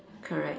correct